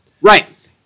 Right